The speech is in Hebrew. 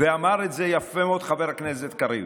ואמר את זה יפה מאוד חבר הכנסת קריב.